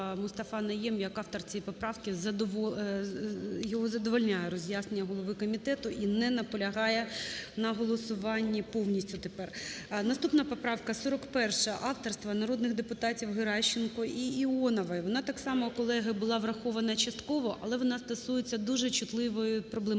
МустафаНайєм як автор цієї поправки, його задовольняє роз'яснення голови комітету, і не наполягає на голосуванні повністю тепер. 13:30:05 ГОЛОВУЮЧИЙ. Наступна поправка 41 авторства народних депутатів Геращенко іІонової. Вона так само, колеги, була врахована частково, але вона стосується дуже чутливої проблематики.